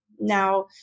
now